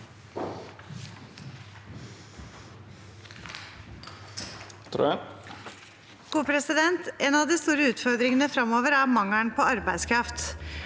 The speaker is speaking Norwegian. «En av de store utford- ringene fremover er mangelen på arbeidskraft.